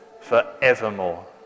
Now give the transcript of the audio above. forevermore